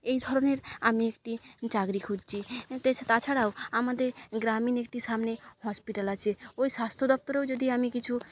এই ধরনের আমি একটি চাকরি খুঁজছি তাছাড়াও আমাদের গ্রামীণ একটি সামনে হসপিটাল আছে ওই স্বাস্থ্য দপ্তরেও যদি আমি কিছু